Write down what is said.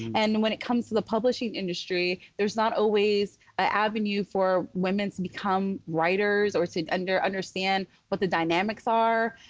and when it comes to the publishing industry, there's not always an ah avenue for women to become writers or to and understand what the dynamics are.